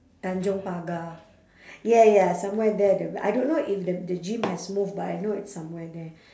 tanjong pagar yeah ya somewhere there the I don't know if the the gym has moved but I know it's somewhere there